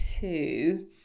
two